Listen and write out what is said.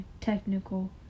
technical